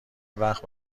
وقت